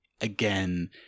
again